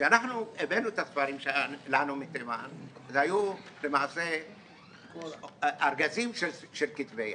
כשאנחנו הבאנו את הספרים שלנו מתימן זה היה למעשה ארגזים של כתבי יד,